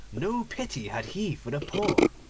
no pity had he for the poor,